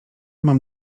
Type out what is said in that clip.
mam